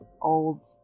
old